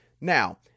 Now